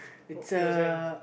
what you were saying